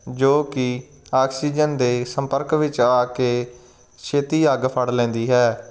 ਜੋ ਕਿ ਆਕਸੀਜਨ ਦੇ ਸੰਪਰਕ ਵਿੱਚ ਆ ਕੇ ਛੇਤੀ ਅੱਗ ਫੜ ਲੈਂਦੀ ਹੈ